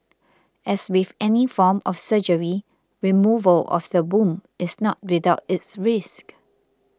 as with any form of surgery removal of the womb is not without its risks